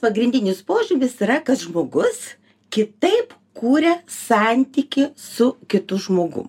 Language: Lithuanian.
pagrindinis požymis yra kad žmogus kitaip kuria santykį su kitu žmogu